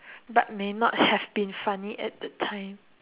but may not have been funny at the time